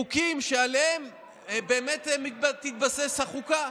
חוקים שעליהם מתבססת החוקה,